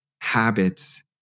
habits